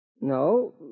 No